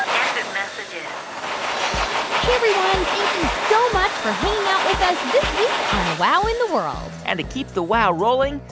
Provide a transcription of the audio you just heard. end of messages hey, everyone. thank you so much for hanging out with us this week on wow in the world and to keep the wow rolling,